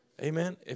Amen